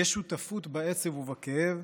יש שותפות בעצב ובכאב,